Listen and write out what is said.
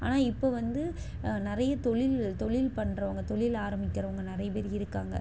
ஆனால் இப்போது வந்து நிறைய தொழில் தொழில் பண்றவங்க தொழில் ஆரமிக்கிறவங்க நிறைய பேர் இருக்காங்க